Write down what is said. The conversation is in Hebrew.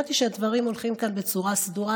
ידעתי שהדברים הולכים כאן בצורה סדורה,